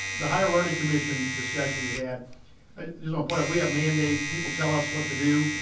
the higher learning commission discussion we had this is on point we have mandates, people tell us what to do,